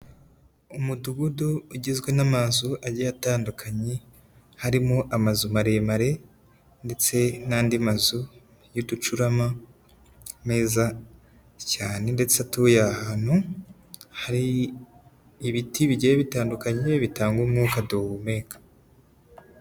Umudugudu ugizwe n'amazu agiye atandukanye, harimo amazu maremare ndetse n'andi mazu y'uducurama meza cyane ndetse atuye ahantu hari ibiti bigiye bitandukanye bitanga umwuka duhumeka.